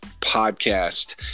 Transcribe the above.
podcast